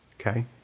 Okay